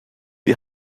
die